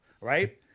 right